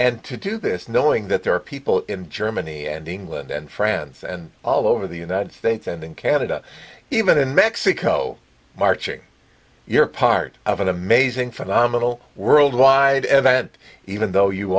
and to do this knowing that there are people in germany and england and france and all over the united states and in canada even in mexico marching you're part of an amazing phenomenal worldwide and that even though you